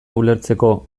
ulertzeko